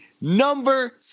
number